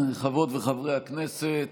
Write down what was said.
חברות וחברי הכנסת,